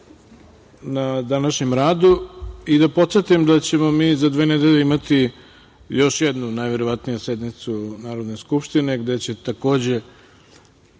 na današnjem radu i da podsetim da ćemo mi za dve nedelje imati još jednu najverovatnije sednicu Narodne skupštine gde će takođe